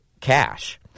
cash